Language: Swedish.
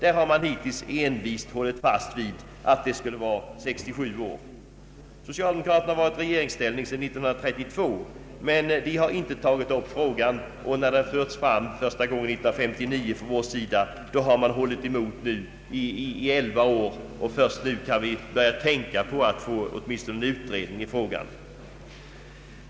Man har envist hållit fast vid att pensionsåldern skall vara 67 år. Socialdemokraterna har varit i regeringsställning sedan 1932, men de har inte tagit upp denna fråga. Sedan den fördes fram av oss första gången 1959, har man hållit emot i elva år, och först nu kan vi börja tänka på att få åtminstone en utredning av frågan.